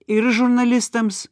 ir žurnalistams